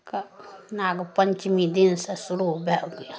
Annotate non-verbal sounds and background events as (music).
(unintelligible) नाग पञ्चमी दिनसँ शुरू भऽ गेल